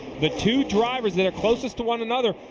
the two drivers and closest to one another,